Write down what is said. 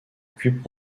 occupent